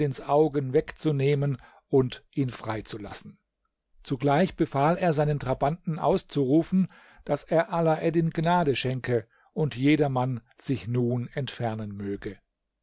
augen wegzunehmen und ihn freizulassen zugleich befahl er seinen trabanten auszurufen daß er alaeddin gnade schenke und jedermann sich nun entfernen möge